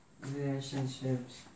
relationships